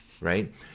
right